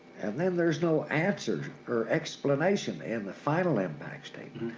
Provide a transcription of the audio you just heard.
and then there's no answer or explanation in the final impact statement.